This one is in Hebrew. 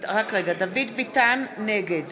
נגד